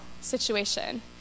situation